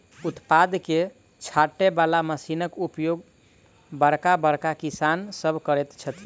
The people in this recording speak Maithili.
उत्पाद के छाँटय बला मशीनक उपयोग बड़का बड़का किसान सभ करैत छथि